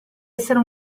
essere